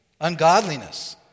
ungodliness